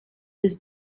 des